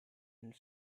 and